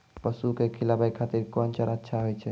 पसु के खिलाबै खातिर कोन चारा अच्छा होय छै?